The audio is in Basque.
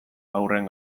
haurren